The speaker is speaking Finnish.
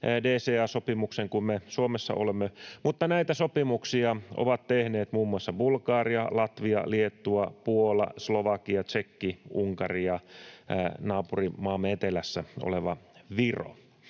DCA-sopimuksen kuin me Suomessa, mutta näitä sopimuksia ovat tehneet muun muassa Bulgaria, Latvia, Liettua, Puola, Slovakia, Tšekki, Unkari ja naapurimaamme, etelässä oleva Viro.